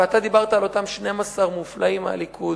ואתה דיברת על אותם 12 מופלאים מהליכוד,